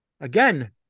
Again